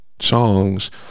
songs